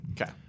Okay